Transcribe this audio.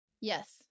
yes